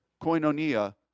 koinonia